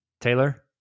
Taylor